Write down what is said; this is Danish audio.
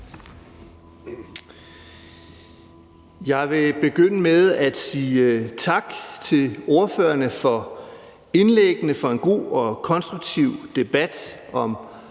Jeg vil begynde med at sige tak til ordførerne for indlæggene og for en god og konstruktiv debat om